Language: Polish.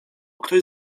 ktoś